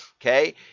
Okay